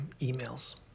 emails